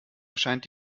erscheint